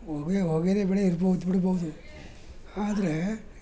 ಹೋಗಿ ಹೋಗೋದೆ ಬೇಡ ಇರ್ಬೋ ಇದು ಬಿಡ್ಬೋದು ಆದರೆ